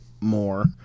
more